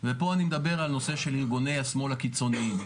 אני מדבר על נושא ארגוני השמאל הקיצוניים,